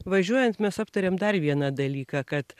važiuojant mes aptarėm dar vieną dalyką kad